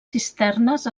cisternes